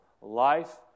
Life